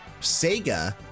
Sega